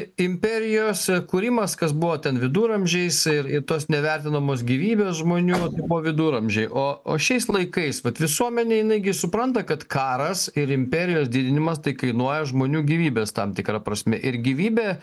imperijos kūrimas kas buvo ten viduramžiais ir ir tos nevertinamos gyvybės žmonių buvo viduramžiai o o šiais laikais vat visuomenė jinai gi supranta kad karas ir imperijos didinimas tai kainuoja žmonių gyvybes tam tikra prasme ir gyvybė